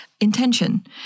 intention